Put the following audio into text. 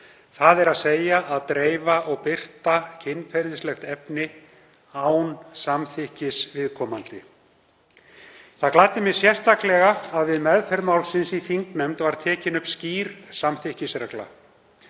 það er að segja að dreifa og birta kynferðislegt efni án samþykkis viðkomandi.“ Það gladdi mig sérstaklega að við meðferð málsins í þingnefnd var tekin upp skýr samþykkisregla.